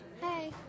Hey